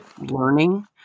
learning